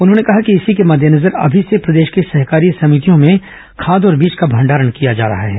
उन्होंने कहा कि इसी के मद्देनजर अभी से प्रदेश की सहकारी सभितियों में खाद और बीज का भंडारण किया जा रहा है